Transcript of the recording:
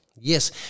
Yes